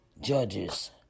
Judges